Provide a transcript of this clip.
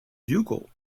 bugle